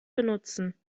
benutzen